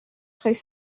très